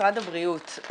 משרד הבריאות,